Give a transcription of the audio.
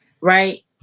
Right